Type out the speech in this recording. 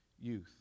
youth